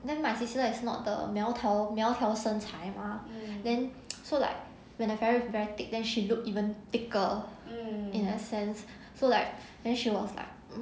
then my sister is not the 苗头苗条身材 mah then so like when a very very thick then she looked even thicker in a sense so like then she was like